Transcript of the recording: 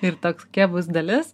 ir toks bus dalis